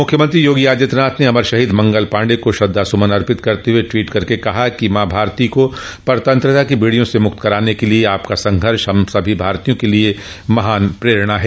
मुख्यमंत्री योगी आदित्यनाथ ने अमर शहीद मंगल पाण्डेय को श्रद्धा सुमन अर्पित करते हुए ट्वीट कर कहा कि माँ भारती को परतंत्रता की बेड़ियों से मुक्त कराने के लिये आपका संघर्ष हम सभी भारतीयों के लिये एक महान प्रेरणा है